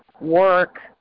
work